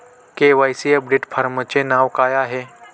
KYC update फॉर्मचे नाव काय आहे?